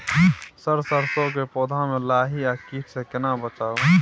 Sir सरसो के पौधा में लाही आ कीट स केना बचाऊ?